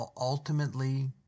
ultimately